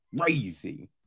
crazy